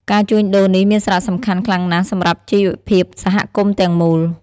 ការជួញដូរនេះមានសារៈសំខាន់ខ្លាំងណាស់សម្រាប់ជីវភាពសហគមន៍ទាំងមូល។